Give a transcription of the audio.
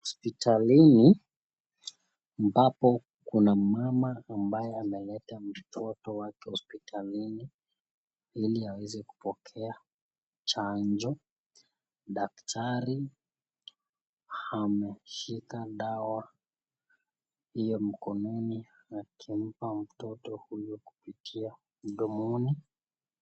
Hospitalini ambapo kuna mama ambaye ameleta mtoto wake hospitalini ili aweze kupokea chanjo daktari ameshika dawa hiyo mkononi akimpa mtoto huyo kupitia mdomoni.